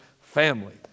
family